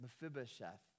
Mephibosheth